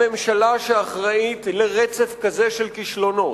הממשלה שאחראית לרצף כזה של כישלונות,